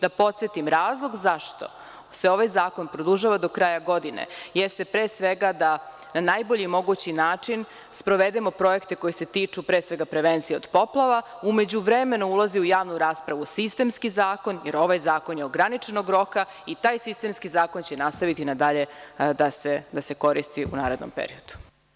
Da podsetim, razlog zašto se ovaj zakon produžava do kraja godine jeste pre svega da na najbolji mogući način sprovedemo projekte koji se tiču pre svega prevencije od poplava, u međuvremenu ulazi u javnu raspravu sistemski zakon jer ovaj zakon je ograničenog roka i taj sistemski zakon će nastaviti nadalje da se koristi u narednom periodu.